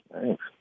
Thanks